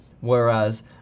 whereas